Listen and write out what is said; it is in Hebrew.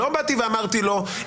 לא באתי ואמרתי לו,